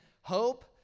Hope